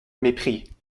mépris